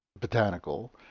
botanical